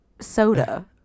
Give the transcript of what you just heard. soda